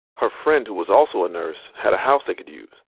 her friend who was also a nurse had a house they could use.